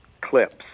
clips